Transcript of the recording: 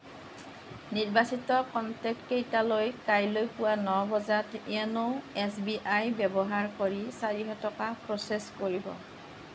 নিৰ্বাচিত কনটেক্টকেইটালৈ কাইলৈ পুৱা ন বজাত য়োনো এছবিআই ব্যৱহাৰ কৰি চাৰিশ টকা প্ৰচেছ কৰিব